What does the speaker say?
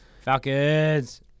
Falcons